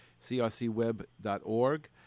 crcweb.org